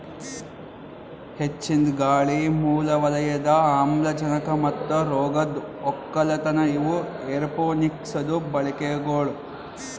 ಹೆಚ್ಚಿಂದ್ ಗಾಳಿ, ಮೂಲ ವಲಯದ ಆಮ್ಲಜನಕ ಮತ್ತ ರೋಗದ್ ಒಕ್ಕಲತನ ಇವು ಏರೋಪೋನಿಕ್ಸದು ಬಳಿಕೆಗೊಳ್